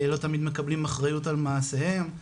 לא תמיד מקבלים אחריות על מעשיהם.